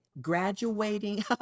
graduating